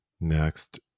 Next